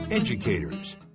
Educators